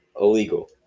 illegal